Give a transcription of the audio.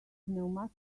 pneumatic